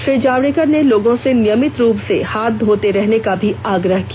श्री जावड़ेकर ने लोगों से नियमित रूप से हाथ धोते रहने का भी आग्रह किया